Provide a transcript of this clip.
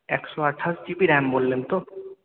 একশো আঠাশ G B RAM বললেন তো